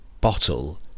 bottle